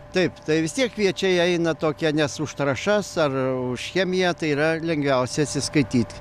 taip tai vis tiek kviečiai eina tokia nes už trąšas ar už chemiją tai yra lengviausia atsiskaityti